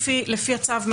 לפי הצו,